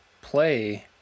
play